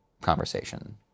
conversation